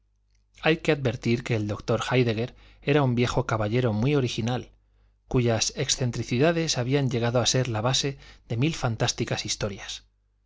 hay que advertir que el doctor héidegger era un viejo caballero muy original cuyas excentricidades habían llegado a ser la base de mil fantásticas historias